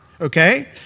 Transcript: Okay